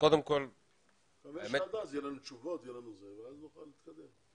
זו אטימות של משרדי הממשלה.